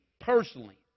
personally